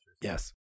Yes